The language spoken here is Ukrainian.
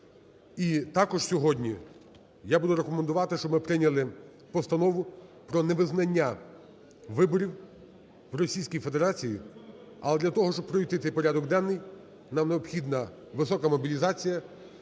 І також сьогодні я буду рекомендувати, щоб ми прийняли Постанову про невизнання виборів у Російській Федерації. Але для того, щоб пройти той порядок денний, нам необхідна висока мобілізація